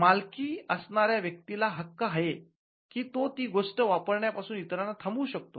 मालकी असणाऱ्या व्यक्तीला हक्क आहे की तो ती गोष्ट वापरण्यापासून इतरांना थांबवू शकतो